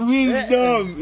Wisdom